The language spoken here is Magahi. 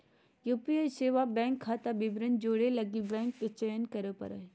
यू.पी.आई सेवा बैंक खाता विवरण जोड़े लगी बैंक के चयन करे पड़ो हइ